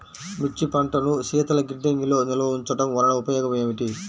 మిర్చి పంటను శీతల గిడ్డంగిలో నిల్వ ఉంచటం వలన ఉపయోగం ఏమిటి?